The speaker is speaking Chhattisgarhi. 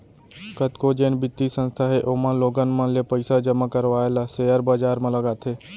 कतको जेन बित्तीय संस्था हे ओमन लोगन मन ले पइसा जमा करवाय ल सेयर बजार म लगाथे